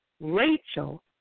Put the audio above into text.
Rachel